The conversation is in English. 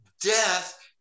death